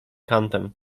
kantem